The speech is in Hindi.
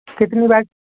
कितनी बाइक